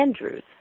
Andrews